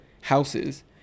houses